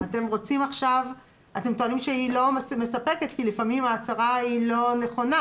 אתם טוענים שהיא לא מספקת כי לפעמים ההצהרה היא לא נכונה.